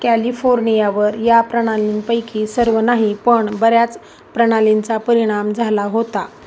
कॅलिफोर्नियावर या प्रणालींपैकी सर्व नाही पण बऱ्याच प्रणालींचा परिणाम झाला होता